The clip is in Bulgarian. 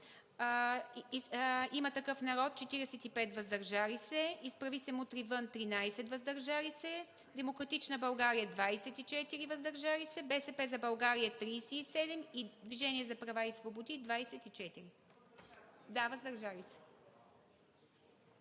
„Има такъв народ“ – 45 въздържали се, „Изправи се! Мутри вън!“ – 13 въздържали се, „Демократична България“ – 24 въздържали се, „БСП за България“ – 37, и „Движението за права и свободи“ – 24 въздържали се.